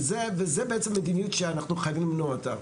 וזה בעצם מדיניות שאנחנו חייבים למנוע אותה.